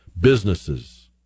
businesses